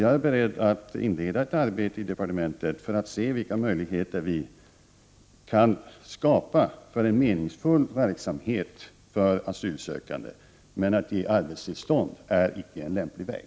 Jag är beredd att inleda ett arbete i departementet för att se vilka möjligheter vi kan skapa för en meningsfull verksamhet för asylsökande, men att ge arbetstillstånd är icke en lämplig väg.